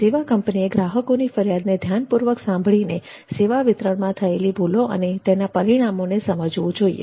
સેવા કંપનીએ ગ્રાહકોની ફરિયાદને ધ્યાનપૂર્વક સાંભળીને સેવા વિતરણમાં થયેલી ભૂલો અને તેના પરિણામોને સમજવો જોઈએ